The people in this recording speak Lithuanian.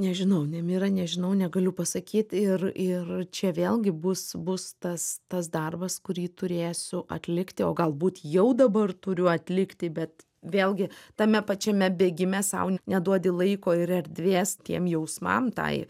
nežinau nemira nežinau negaliu pasakyt ir ir čia vėlgi bus bus tas tas darbas kurį turėsiu atlikti o galbūt jau dabar turiu atlikti bet vėlgi tame pačiame bėgime sau neduodi laiko ir erdvės tiem jausmam tai